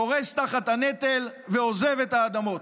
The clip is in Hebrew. קורס תחת הנטל ועוזב את האדמות.